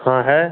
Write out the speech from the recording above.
हाँ है